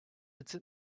its